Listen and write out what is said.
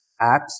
apps